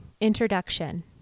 introduction